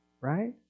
Right